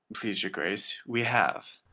please your grace, we have.